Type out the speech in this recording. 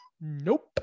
Nope